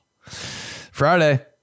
Friday